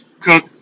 cook